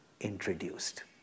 introduced